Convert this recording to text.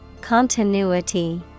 Continuity